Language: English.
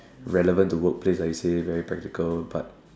relevant to workplace like say very practical but